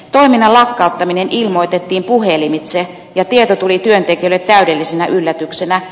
toiminnan lakkauttaminen ilmoitettiin puhelimitse ja tieto tuli työtekijöille täydellisenä yllätyksenä